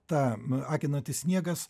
tam akinantis sniegas